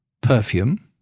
perfume